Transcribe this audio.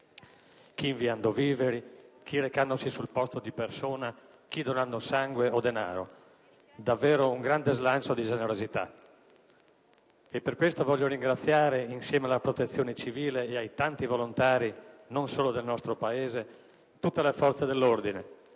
chi inviando viveri, chi recandosi sul posto di persona, chi donando sangue o denaro. Davvero un grande slancio di generosità. E per questo voglio ringraziare, insieme alla Protezione civile e ai tanti volontari (non solo del nostro Paese), tutte le forze dell'ordine